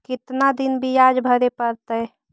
कितना दिन बियाज भरे परतैय?